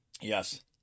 Yes